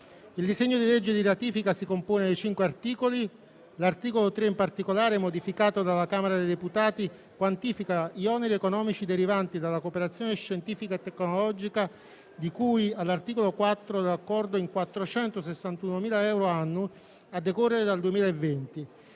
Il disegno di legge di ratifica si compone di cinque articoli. L'articolo 3, in particolare, modificato dalla Camera dei deputati, quantifica gli oneri economici derivanti dalla cooperazione scientifica e tecnologica, di cui all'articolo IV dell'Accordo, in 461.000 euro annui a decorrere dal 2020